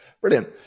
Brilliant